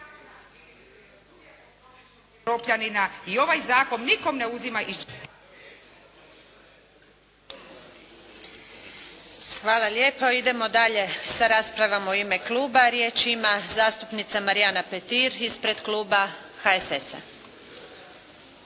Hvala lijepo. Idemo dalje sa raspravom u ime kluba. Riječ ima zastupnica Marijana Petir ispred kluba HSS-a.